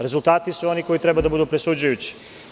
Rezultati su oni koji treba da budu presuđujući.